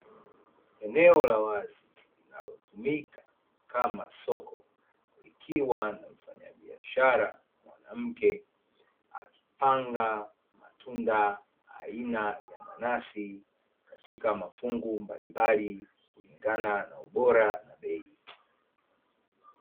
Eneo la wazi linalo tumika kama soko, ikiwa na mfanyabiashara mwanamke alipanga matunda aina ya nanasi katika mafungu mbalimbali, kulinagana na ubora wa bei.